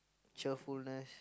cheerfulness